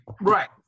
right